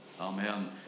Amen